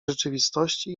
rzeczywistości